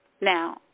Now